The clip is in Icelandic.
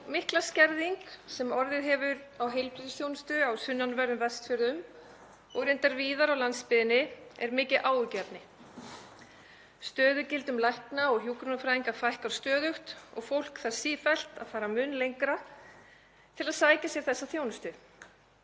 mikla skerðing sem orðið hefur á heilbrigðisþjónustu á sunnanverðum Vestfjörðum og reyndar víðar á landsbyggðinni er mikið áhyggjuefni. Stöðugildum lækna og hjúkrunarfræðinga fækkar stöðugt og fólk þarf sífellt að fara mun lengra til að sækja sér þessa þjónustu.